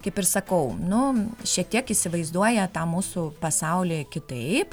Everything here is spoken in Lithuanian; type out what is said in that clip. kaip ir sakau nu šiek tiek įsivaizduoja tą mūsų pasaulyj kitaip